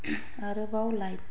आरोबाव लाइट